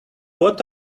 what